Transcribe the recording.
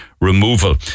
removal